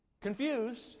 Confused